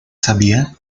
sabía